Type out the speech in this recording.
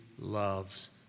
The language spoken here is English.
loves